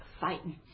fighting